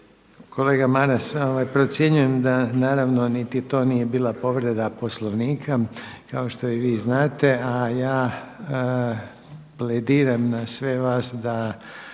Kolega Maras procjenjujem da naravno niti to nije bila povreda Poslovnika kao što i vi znate, a ja plediram na sve vas da